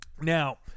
now